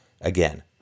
Again